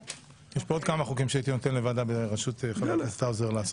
יש פה עוד כמה חוקים שהייתי נותן לוועדה בראשות חבר הכנסת האוזר לעשות.